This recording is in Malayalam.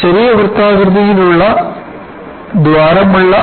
ചെറിയ വൃത്താകൃതിയിലുള്ള ദ്വാരമുള്ള